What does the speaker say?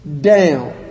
Down